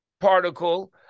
particle